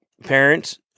parents